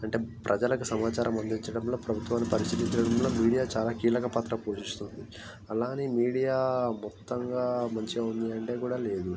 అంటే ప్రజలకు సమాచారం అదించడంలో ప్రభుత్వాన్ని పరిశీలించడం కూడా మీడియా చాలా కీలకపాత్ర పోషిస్తుంది అలా అని మీడియా మొత్తంగా మంచిగా ఉంది అంటే కూడా లేదు